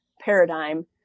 paradigm